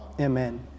Amen